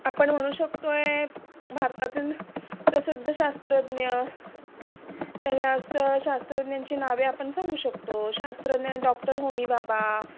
आपण म्हणू शकतो आहे भारतातील प्रसिद्ध शास्त्रज्ञ त्या शास्त्र शास्त्रज्ञांची नावे आपण सांगू शकतो शास्त्रज्ञ डॉक्टर होमी भाभा